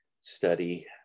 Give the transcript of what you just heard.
study